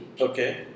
Okay